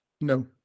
No